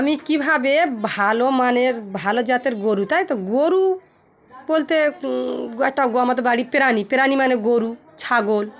আমি কীভাবে ভালো মানের ভালো জাতের গরু তাই তো গরু বলতে একটা গ আমাদের বাড়ির প্রাণী প্রাণী মানে গরু ছাগল